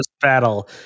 battle